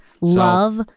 love